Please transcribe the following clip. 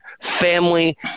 family